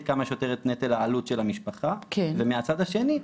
כמה שיותר את נטל העלות של המשפחה ומהצד השני,